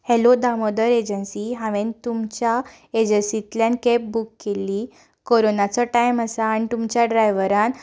hello Damodar agency हांवें तुमच्या एजन्सींतल्यान कॅब बुक केल्ली करोनाचो टायम आसा आनी तुमच्या ड्रायव्हरान